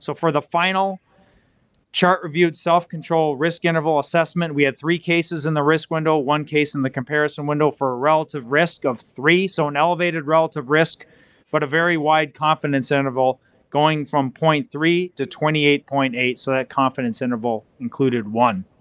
so for the final chart-reviewed self-control risk interval assessment, we had three cases in the risk window, one case in the comparison window, for a relative risk of three, so an elevated relative risk but a very wide confidence interval going from zero point three to twenty eight point eight, so that confidence interval included one.